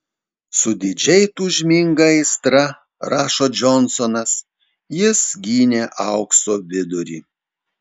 su didžiai tūžminga aistra rašo džonsonas jis gynė aukso vidurį